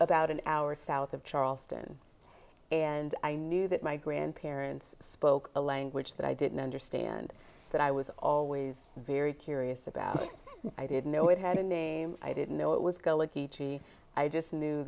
about an hour south of charleston and i knew that my grandparents spoke a language that i didn't understand that i was always very curious about i didn't know it had a name i didn't know it was